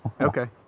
Okay